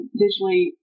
digitally